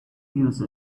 use